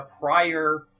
prior